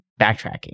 backtracking